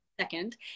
second